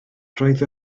roedd